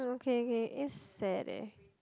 oh okay okay it's sad eh